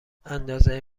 اندازه